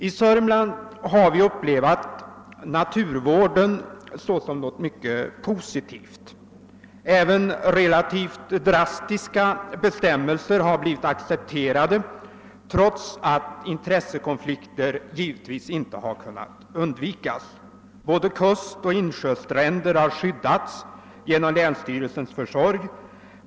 I Sörmland har vi upplevt naturvården som något mycket positivt. Även relativt drastiska bestämmelser har bli vit accepterade trots att intressekonflikter givetvis inte har kunnat undvikas. Både kust och insjöstränder har skyddats genom länsstyrelsens försorg.